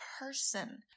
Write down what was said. person